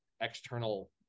external